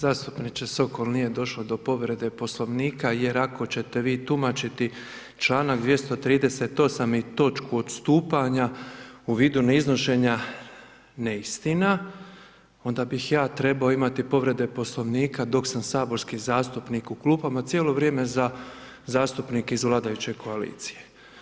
Zastupniče Sokol, nije došlo do povrede Poslovnika jer ako ćete vi tumačiti članak 238. i točku odstupanja u vidu ne iznošenja neistina, onda bih ja trebao imati povrede Poslovnika dok sam saborski zastupnik u klupama cijelo vrijeme za zastupnike iz vladajuće koalicije.